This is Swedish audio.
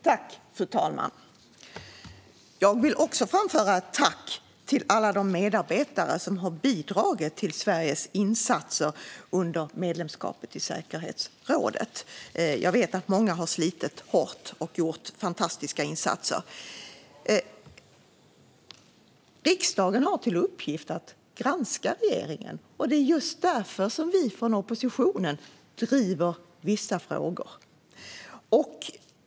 Fru talman! Jag vill också framföra ett tack till alla medarbetare som har bidragit till Sveriges insatser under medlemskapet i säkerhetsrådet. Jag vet att många har slitit hårt och gjort fantastiska insatser. Riksdagen har till uppgift att granska regeringen, och det är just därför vi från oppositionen driver vissa frågor.